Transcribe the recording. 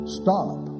stop